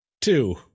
two